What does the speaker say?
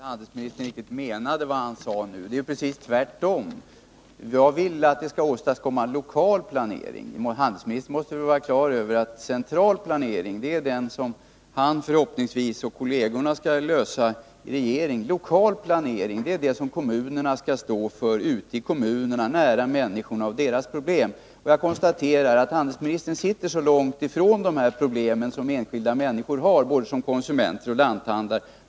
Herr talman! Jag tror inte att handelsministern riktigt menade det han sade nu. Det är ju precis tvärtom. Jag vill att det skall åstadkommas lokal planering. Handelsministern måste väl vara klar över att central planering är det som han och hans kolleger i regeringen förhoppningsvis skall klara. Lokal planering är det som kommunerna skall stå för ute i kommunerna, nära människorna och deras problem. Jag konstaterar att handelsministern sitter långt ifrån de problem som enskilda människor har, både som konsumenter och som lanthandlare.